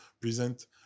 present